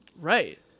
Right